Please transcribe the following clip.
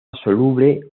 soluble